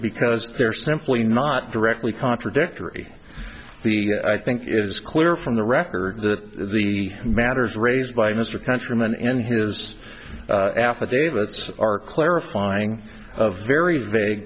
because they're simply not directly contradictory the i think it is clear from the record that the matters raised by mr countryman in his affidavit are clarifying of very vague